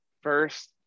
first